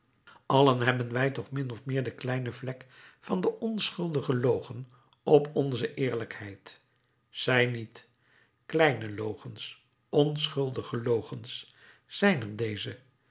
allen hebben wij toch min of meer de kleine vlek van den onschuldigen logen op onze eerlijkheid zij niet kleine logens onschuldige logens zijn er deze